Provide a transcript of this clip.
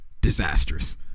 Disastrous